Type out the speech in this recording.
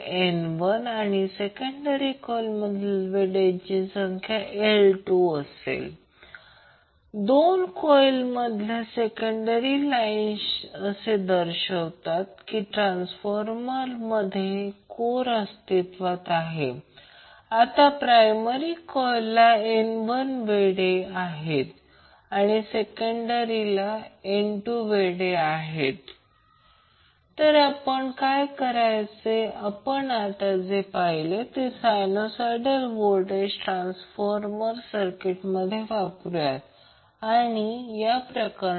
जर ते per second रेडियनमध्ये असेल तर ते ω2 ω 1 आहे किंवा जर ते हर्ट्झ असेल तर ते f 2 f 1 असेल आणि ही रेझोनन्स फ्रिक्वेन्सी आहे याला प्रत्यक्षात बँडविड्थ टाईम म्हणतात आणि हे ω जेव्हा ते ω ω 1 म्हणजे आपण पाहिलेल्या सीरिज RLC सर्किटसाठी की ज्याला XL आणि XC म्हणतात